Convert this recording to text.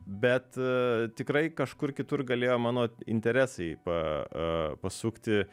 bet tikrai kažkur kitur galėjo mano interesai pa pasukti